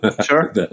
Sure